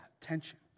tension